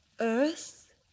Earth